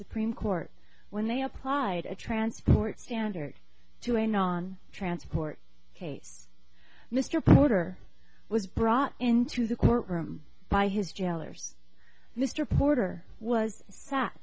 supreme court when they applied a transport standard to a non transport case mr porter was brought into the courtroom by his jailers mr porter was sat